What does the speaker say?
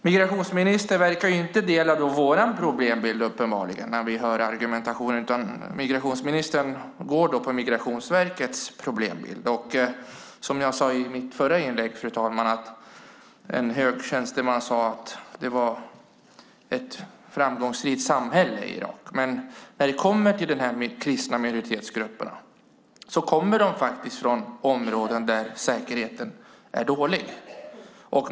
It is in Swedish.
Migrationsministern verkar uppenbarligen inte dela vår problembild, utan han går på Migrationsverkets problembild. Som jag sade i mitt förra inlägg, fru talman: En hög tjänsteman sade att Irak var ett framgångsrikt samhälle. Men de kristna minoritetsgrupperna kommer faktiskt från områden där säkerheten är dålig.